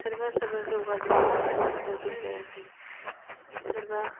सोरबा सोरबा जौगाजोबदों आरो सोरबा जौगायाखै सोरबा